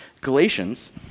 Galatians